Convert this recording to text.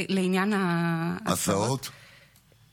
עצרתי את הזמן.